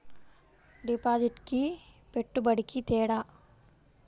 డిపాజిట్కి పెట్టుబడికి తేడా?